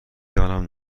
دانم